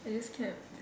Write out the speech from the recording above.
I just can't